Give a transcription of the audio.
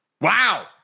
Wow